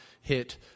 hit